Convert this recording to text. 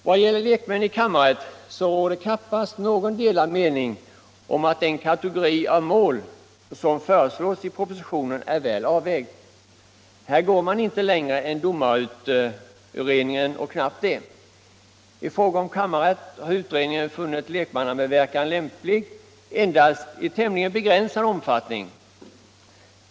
Vad gäller lekmän i kammarrätt råder det knappast några delade meningar om att den kategori av mål som föreslås i propositionen är väl avvägd. Här går man inte längre än domarutredningen och knappt det. I fråga om kammarrätt har utredningen funnit lekmannamedverkan lämplig endast i tämligen begränsad omfattning.